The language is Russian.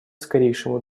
скорейшему